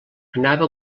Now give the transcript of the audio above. anava